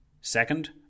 Second